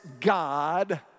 God